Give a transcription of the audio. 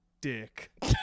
dick